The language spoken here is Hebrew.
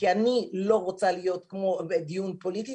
כי אני לא רוצה להיות כמו בדיון פוליטי.